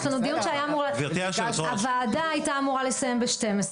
יש לנו דיון שהיה אמור הוועדה הייתה אמורה לסיים ב-12.